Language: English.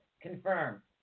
confirm